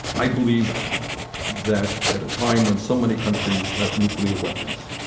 i believe that, at a time when so many countries have nuclear weapons,